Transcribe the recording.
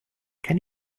can